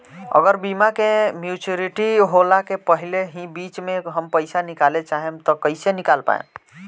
अगर बीमा के मेचूरिटि होला के पहिले ही बीच मे हम पईसा निकाले चाहेम त कइसे निकाल पायेम?